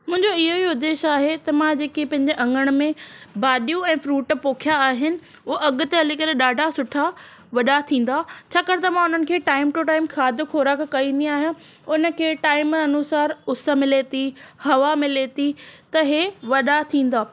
मुहिंजो इहो ई उदेश्य आहे त मां जेकी पंहिंजे अङण में भाॼियूं ऐं फ्रूट पोखिया आहिनि उहे अॻिते हली करे ॾाढा सुठा वॾा थींदा छाकणि त मां हुननि खे टाइम टू टाइम खाद खोराक कंदी आहियां हुन खे टाइम अनुसार उस मिले थी हवा मिले थी त ही वॾा थींदा